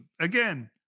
again